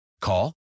Call